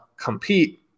compete